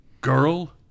girl